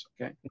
Okay